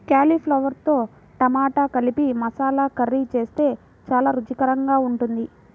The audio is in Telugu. కాలీఫ్లవర్తో టమాటా కలిపి మసాలా కర్రీ చేస్తే చాలా రుచికరంగా ఉంటుంది